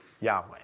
Yahweh